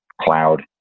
cloud